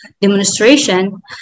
demonstration